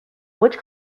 which